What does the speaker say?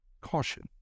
Caution